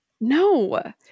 No